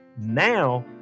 Now